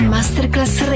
Masterclass